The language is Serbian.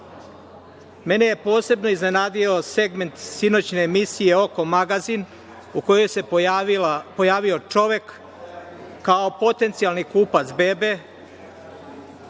je posebno iznenadio segment sinoćne emisije „Oko magazin“ u kojoj se pojavio čovek kao potencijalni kupac bebe,